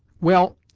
well,